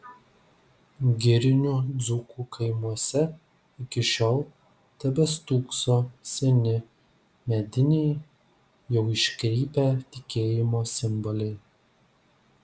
girinių dzūkų kaimuose iki šiol tebestūkso seni mediniai jau iškrypę tikėjimo simboliai